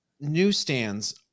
newsstands